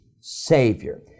Savior